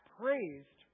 praised